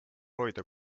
hoida